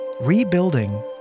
Rebuilding